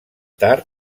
tard